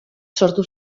sortu